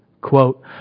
quote